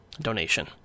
donation